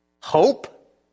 Hope